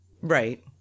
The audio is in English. Right